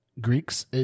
Greeks